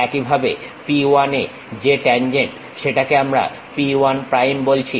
একইভাবে p 1 এ যে ট্যানজেন্ট সেটাকে আমরা p 1 প্রাইম বলছি